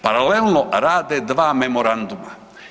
Paralelno rade dva memoranduma.